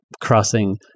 crossing